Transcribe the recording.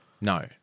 No